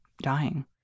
dying